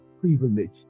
privilege